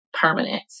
permanent